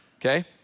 Okay